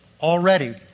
already